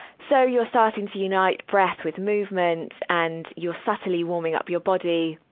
so, you're starting to unite breath with movement. and you're subtly warming up your body.